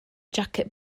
jacket